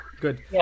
Good